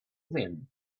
then